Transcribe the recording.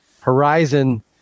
horizon